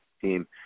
team